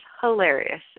hilarious